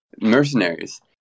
mercenaries